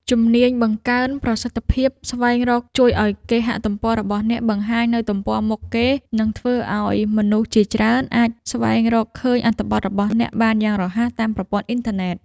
ជំនាញបង្កើនប្រសិទ្ធភាពស្វែងរកជួយឱ្យគេហទំព័ររបស់អ្នកបង្ហាញនៅទំព័រមុខគេ និង ធ្វើឱ្យមនុស្សជាច្រើនអាចស្វែងរកឃើញអត្ថបទរបស់អ្នកបានយ៉ាងរហ័សតាមប្រព័ន្ធអ៊ីនធឺណិត។